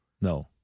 No